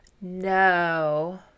No